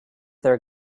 their